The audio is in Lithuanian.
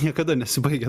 niekada nesibaigia